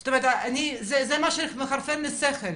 זאת אומרת זה מה שחרפן לי את השכל.